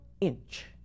inch